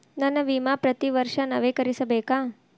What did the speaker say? ನನ್ನ ವಿಮಾ ಪ್ರತಿ ವರ್ಷಾ ನವೇಕರಿಸಬೇಕಾ?